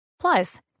Plus